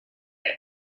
man